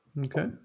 Okay